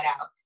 out